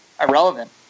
irrelevant